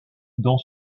dans